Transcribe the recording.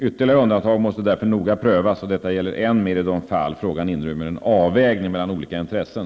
Ytterligare undantag måste därför noga prövas, och detta gäller än mer i de fall frågan inrymmer en avvägning mellan olika intressen.